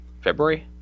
February